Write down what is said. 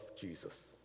Jesus